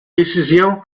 précision